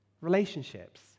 relationships